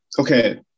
Okay